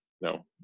no